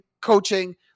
coaching